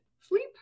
sleep